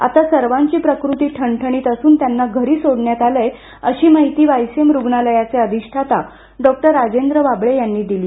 आता सर्वांची प्रकृती ठणठणीत असून त्यांना घरी सोडण्यात आलं आहे अशी माहिती वायसीएम रुग्णालयाचे अधिष्ठाता राजेंद्र वाबळे यांनी दिली